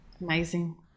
Amazing